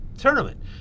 tournament